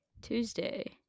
Tuesday